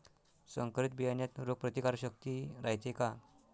संकरित बियान्यात रोग प्रतिकारशक्ती रायते का?